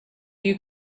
you